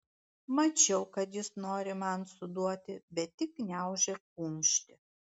mačiau kad jis nori man suduoti bet tik gniaužė kumštį